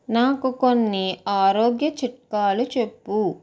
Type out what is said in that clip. నాకు కొన్ని ఆరోగ్య చిట్కాలు చెప్పు